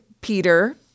Peter